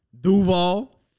Duval